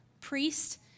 priest